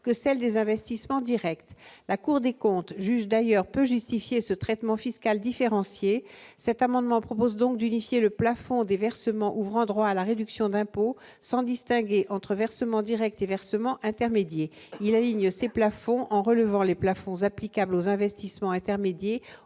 que celle des investissements Directs, la Cour des comptes juge d'ailleurs peut justifier ce traitement fiscal différencié cet amendement propose donc d'unifier le plafond des versements ouvrant droit à la réduction d'impôt sans distinguer entre versements Directs et versement intermédiaire il aligne ces plafonds en relevant les plafonds applicables aux investissements intermédiaire